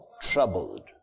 troubled